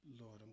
Lord